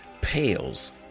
pales